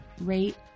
rate